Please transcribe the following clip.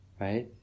right